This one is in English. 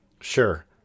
Sure